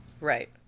right